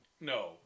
No